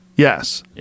Yes